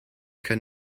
kann